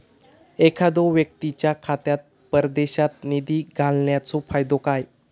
एखादो व्यक्तीच्या खात्यात परदेशात निधी घालन्याचो फायदो काय?